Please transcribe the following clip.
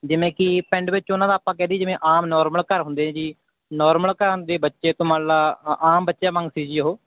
ਜਿਵੇਂ ਕਿ ਪਿੰਡ ਵਿੱਚ ਉਹਨਾਂ ਦਾ ਆਪਾਂ ਕਹਿ ਦਈਏ ਜਿਵੇਂ ਆਮ ਨੋਰਮਲ ਘਰ ਹੁੰਦੇ ਨੇ ਜੀ ਨੋਰਮਲ ਘਰਾਂ ਦੇ ਬੱਚੇ ਤੋਂ ਮੰਨ ਲਾ ਅ ਆਮ ਬੱਚਿਆਂ ਵਾਂਗ ਸੀ ਜੀ ਉਹ